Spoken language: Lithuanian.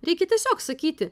reikia tiesiog sakyti